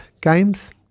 games